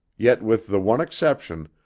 yet with the one exception,